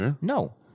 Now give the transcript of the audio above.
No